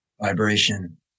vibration